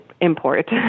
import